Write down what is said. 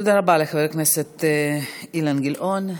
תודה רבה לחבר הכנסת אילן גילאון,